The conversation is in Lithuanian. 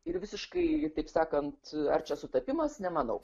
ir visiškai taip sakant ar čia sutapimas nemanau